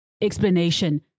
explanation